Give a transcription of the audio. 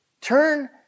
Turn